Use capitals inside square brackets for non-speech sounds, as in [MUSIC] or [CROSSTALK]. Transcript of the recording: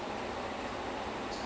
[NOISE]